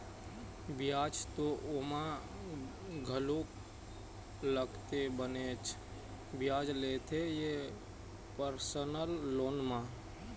बियाज तो ओमा घलोक लगथे बनेच बियाज लेथे ये परसनल लोन म